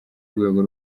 rwego